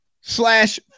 slash